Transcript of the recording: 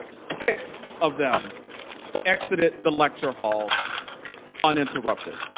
six of them exited the lecture hall uninterrupted.